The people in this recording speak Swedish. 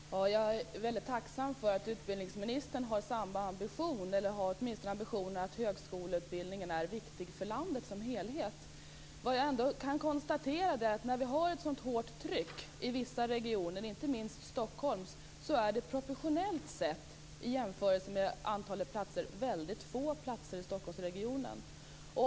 Fru talman! Jag är väldigt tacksam för att utbildningsministern har ambitionen att högskoleutbildningen är viktig för landet som helhet. Jag kan ändå konstatera att det samtidigt som vi har ett hårt tryck i vissa regioner, inte minst i Stockholmsregionen, proportionellt sett är väldigt få platser i Stockholmsregionen.